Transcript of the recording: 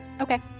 okay